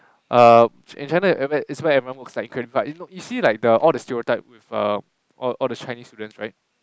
uh in China it's where everyone works equally hard you see like the all the stereotype with err all the Chinese students right